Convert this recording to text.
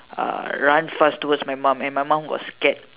uh run fast towards my mom and my mom got scared